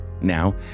now